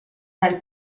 nel